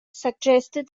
suggested